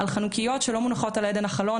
על חנוכיות שלא מונחות על אדן החלון,